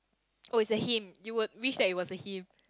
oh is a him you would wish that it was a him